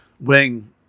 wing